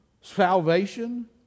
salvation